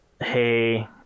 hey